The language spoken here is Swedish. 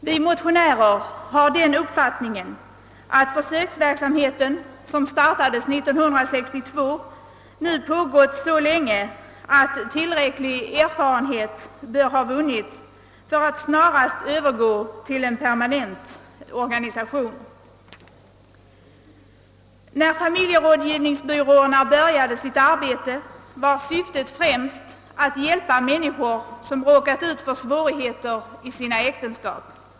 Vi motionärer har den uppfattningen att försöksverksamheten, som startades 1962, nu pågått så länge att tillräcklig erfarenhet bör ha vunnits för att vi snarast skall kunna genomföra en permanent organisation. När familjerådgivningsbyråerna började sitt arbete var syftet främst att hjälpa människor som råkat ut för svårigheter i sina äktenskap.